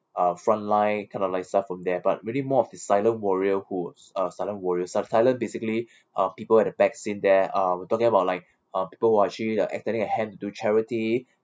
uh front line kind of lifestyle from there but really more of the silent warrior who uh silence warriors si~ silence basically uh people at the back scene there uh we talking about like uh people who are actually like extending a hand do charity